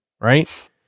right